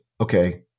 okay